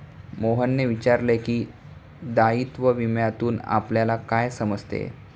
मोहनने विचारले की, दायित्व विम्यातून आपल्याला काय समजते?